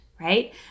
Right